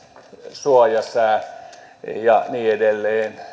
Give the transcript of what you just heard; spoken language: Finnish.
suojasää ja niin edelleen